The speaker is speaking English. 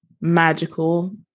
magical